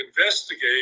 investigate